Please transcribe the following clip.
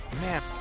Man